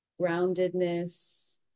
groundedness